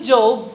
Job